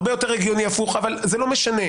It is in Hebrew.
זה הרבה יותר הגיוני שיהיה הפוך, אבל זה לא משנה.